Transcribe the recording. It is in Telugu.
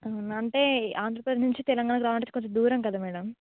అంటే ఆంధ్రప్రదేశ్ నుంచి తెలంగాణకి రావాలంటే కొంచెం దూరం కదా మేడం